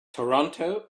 toronto